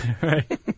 Right